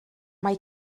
mae